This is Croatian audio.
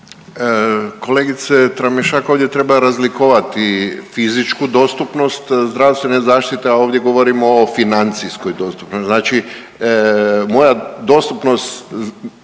Kolegice Tramišak ovdje treba razlikovati fizičku dostupnost zdravstvene zaštite, a ovdje govorimo o financijskoj dostupnosti. Znači moja dostupnost